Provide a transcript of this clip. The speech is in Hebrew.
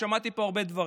ושמעתי פה הרבה דברים.